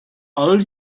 ağır